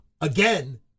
again